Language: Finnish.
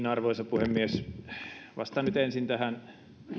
arvoisa puhemies vastaan nyt ensin tähän